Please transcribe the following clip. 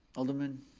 alderman